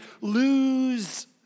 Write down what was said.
lose